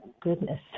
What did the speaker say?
goodness